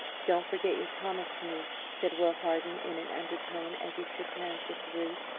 don't forget your promise to me, said will hardon in an undertone as he shook hands with ruth,